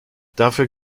dafür